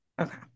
Okay